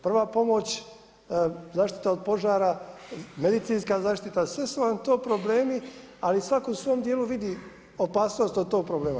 Prva pomoć, zaštita od požara, medicinska zaštita, sve su vam to problemi ali svako u svom djelu vidi opasnost od tog problema.